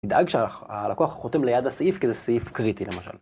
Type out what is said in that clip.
תדאג שהלקוח חותם ליד הסעיף כי זה סעיף קריטי למשל.